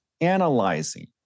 analyzing